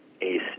ACE